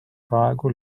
praegu